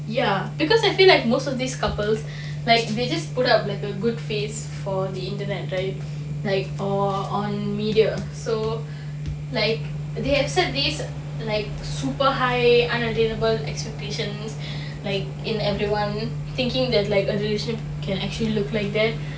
ya because I feel like most of these couples like they just put up like a good face for the internet right like on media so like they accept this like super high unattainable expectations like in everyone thinking that like a relation can actually look like that